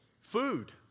Food